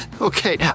Okay